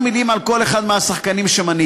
כמה מילים על כל אחד מהשחקנים שמניתי: